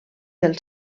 del